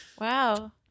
wow